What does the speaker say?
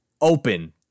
open